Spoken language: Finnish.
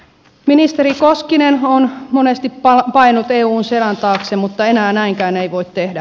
ministeri koskinen on monesti paennut eun selän taakse mutta enää näinkään ei voi tehdä